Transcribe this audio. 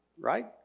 right